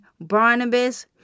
Barnabas